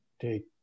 take